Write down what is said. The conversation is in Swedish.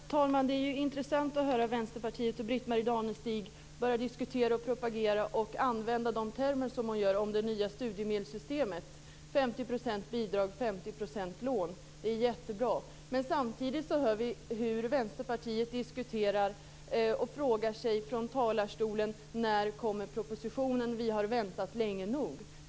Herr talman! Det är intressant att höra Britt-Marie Danestig från Vänsterpartiet börja diskutera och propagera och använda de termer som hon gör om det nya studiemedelssystemet - 50 % bidrag och 50 % lån. Det är jättebra. Men samtidigt hör vi hur man från Vänsterpartiet från talarstolen frågar: När kommer propositionen? Vi har väntat länge nog.